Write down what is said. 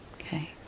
okay